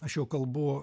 aš jau kalbu